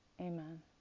Amen